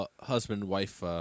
husband-wife